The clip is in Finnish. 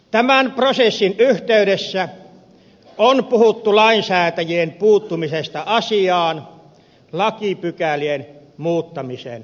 tämän prosessin yhteydessä on puhuttu lainsäätäjien puuttumisesta asiaan lakipykälien muuttamisen avulla